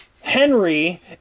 Henry